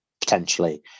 potentially